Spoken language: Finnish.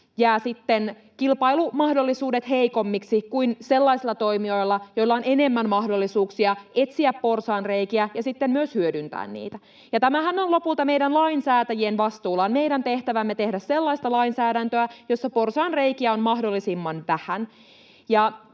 jäävät kilpailumahdollisuudet heikommiksi kuin sellaisilla toimijoilla, joilla on enemmän mahdollisuuksia etsiä porsaanreikiä ja sitten myös hyödyntää niitä. Tämähän on lopulta meidän lainsäätäjien vastuulla: on meidän tehtävämme tehdä sellaista lainsäädäntöä, jossa porsaanreikiä on mahdollisimman vähän.